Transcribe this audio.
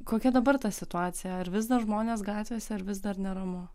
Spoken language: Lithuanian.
kokia dabar ta situacija ar vis dar žmonės gatvėse ar vis dar neramu